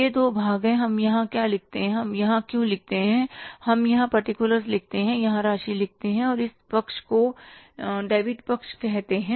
ये दो भाग हैं हम यहाँ क्या लिखते हैं हम यहाँ क्या लिखते हैं हम यहाँ पार्टिकुलर्स लिखते यहां राशि लिखते हैं और इस पक्ष को डेबिट पक्ष कहते हैं